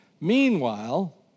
Meanwhile